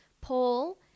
Paul